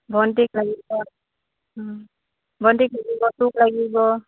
ভণ্টিক লাগিব ভণ্টিক লাগিব তোক লাগিব